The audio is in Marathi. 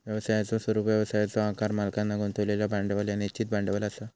व्यवसायाचो स्वरूप, व्यवसायाचो आकार, मालकांन गुंतवलेला भांडवल ह्या निश्चित भांडवल असा